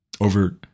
over